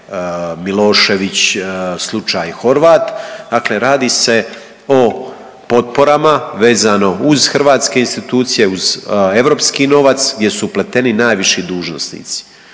Milošević, slučaj Horvat dakle radi se potporama vezano uz Hrvatske institucije uz europski novac gdje su upleteni najviši dužnosnici.